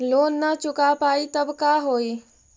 Loan न चुका पाई तब का होई?